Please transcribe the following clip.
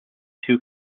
two